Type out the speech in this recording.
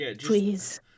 Please